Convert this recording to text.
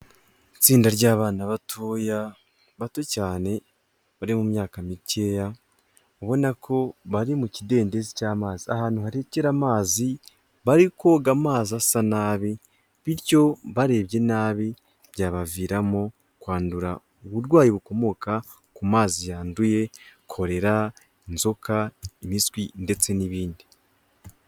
Itsinda ry'abana batoya bato cyane bari mu myaka mikeya ubona ko bari mu kidendezi cy'amazi ahantu harekera amazi, bari koga amazi asa nabi, bityo barebye nabi byabaviramo kwandura uburwayi bukomoka ku mazi yanduye korera, inzoka, impiswi ndetse n'ibindi.